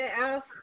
ask